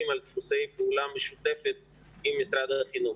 על דפוסי פעולה משותפים עם משרד החינוך.